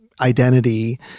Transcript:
identity